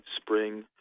spring